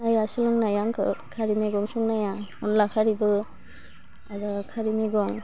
आइआ सोलोंनाय आंखौ खारि मैगं संनाया अनला खारिबो आरो खारै मेगं